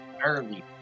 early